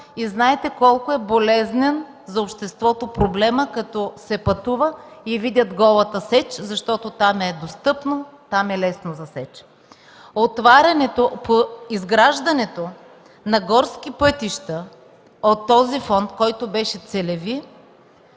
Знаете колко болезнен е проблемът за обществото, като се пътува и видят голата сеч, защото там е достъпно, там е лесно за сеч. Отварянето по изграждането на горски пътища от този фонд, който беше целеви,